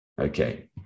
okay